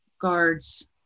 guards